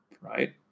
right